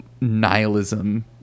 nihilism